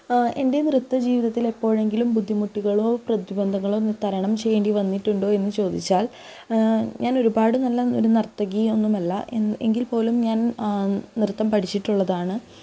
എൻ്റെ നൃത്ത ജീവിതത്തിൽ എപ്പോഴെങ്കിലും ബുദ്ധിമുട്ടുകളോ പ്രതിബന്ധങ്ങളോ തരണം ചെയ്യേണ്ടി വന്നിട്ടുണ്ടോ എന്ന് ചോദിച്ചാൽ ഞാൻ ഒരുപാട് നല്ല ഒരു നർത്തകിയൊന്നുമല്ല എങ്കിൽ പോലും ഞാൻ നൃത്തം പഠിച്ചിട്ടുള്ളതാണ്